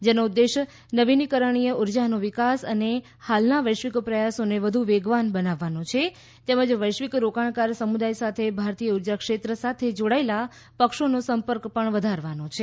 જેનો ઉદેશ્ય નવીનીકરણીય ઉર્જાનો વિકાસ અને હાલના વૈશ્વિક પ્રયાસોને વધુ વેગવાન બનાવવાનો છે તેમજ વૈશ્વિક રોકાણકાર સમુદાય સાથે ભારતીય ઉર્જા ક્ષેત્ર સાથે જોડાયેલા પક્ષોનો સંપર્ક વધારવાનો છે